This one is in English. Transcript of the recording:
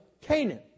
Canaan